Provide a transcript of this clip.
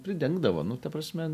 pridengdavo nu ta prasme